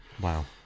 Wow